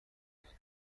بیاد